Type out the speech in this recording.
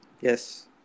Yes